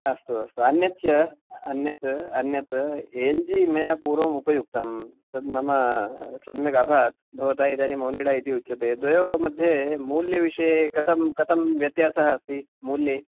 अस्तु अस्तु अन्यच्च अन्यत् अन्यत् एल् जि मया पूर्वमुपयुक्तं तत् मम सम्यक् अभात् भवता इदानीम् ओनिडा इति उच्यते द्वयोः मध्ये मूल्यविषये कथं कथं व्यत्यासः अस्ति मूल्ये